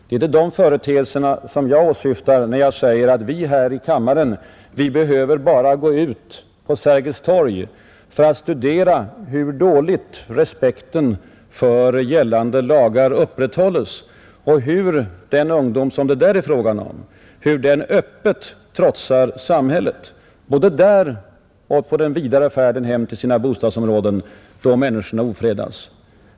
Det är inte de företeelserna jag åsyftar när jag säger att vi här i kammaren bara behöver gå ut på Sergels torg för att studera hur dåligt respekten för gällande lagar upprätthålles och hur den ungdom, som det där är fråga om, öppet trotsar samhället — både där och på den vidare färden hem till sina bostadsområden under ofredande av andra människor.